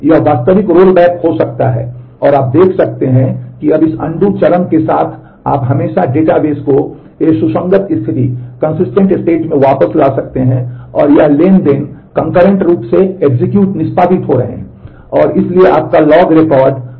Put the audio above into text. यह वास्तविक रोलबैक हो सकता है और आप देख सकते हैं कि अब इस अनडू का एक इंटरमिक्स है